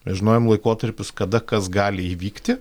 žinojom laikotarpius kada kas gali įvykti